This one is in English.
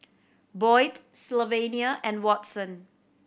Boyd Sylvania and Watson